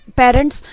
parents